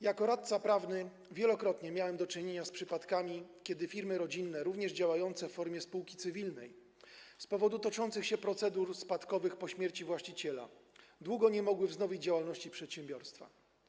Jako radca prawny wielokrotnie miałem do czynienia z przypadkami, kiedy firmy rodzinne - również działające w formie spółki cywilnej - z powodu toczących się procedur spadkowych po śmierci właściciela długo nie mogły wznowić działalności przedsiębiorstwa.